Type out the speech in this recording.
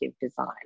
design